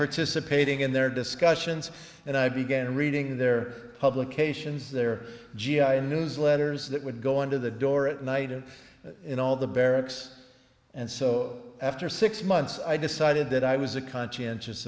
participating in their discussions and i began reading their publications their g i and newsletters that would go into the door at night and in all the barracks and so after six months i decided that i was a conscientious